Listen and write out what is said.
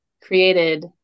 created